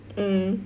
mm